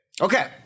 okay